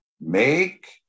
make